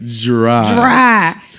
Dry